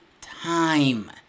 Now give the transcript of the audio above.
time